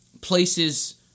places